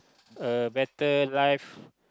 a better life